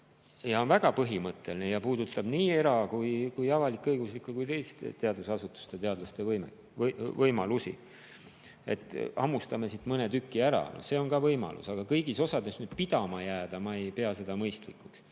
See on väga põhimõtteline ja puudutab nii era- kui ka avalik-õiguslike ja teiste teadusasutuste ja teadlaste võimalusi. Hammustame siit mõne tüki ära, see on ka võimalus. Aga kõigis osades pidama jääda ma ei pea mõistlikuks.